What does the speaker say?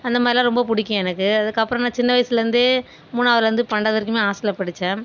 அந்த மாதிரிலாம் ரொம்ப பிடிக்கும் எனக்கு அதுக்கு அப்புறம் நான் சின்ன வயசுலருந்தே மூணாவதுலேந்து பன்னெண்டாவது வரைக்குமே ஹாஸ்டலில் படிச்சேன்